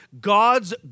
God's